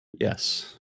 yes